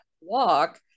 walk